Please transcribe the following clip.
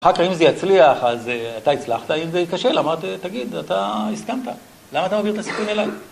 אחר כך אם זה יצליח, אז אתה הצלחת, אם זה ייכשל, תגיד, אתה הסכמת, למה אתה מעביר את הסיכון אליי?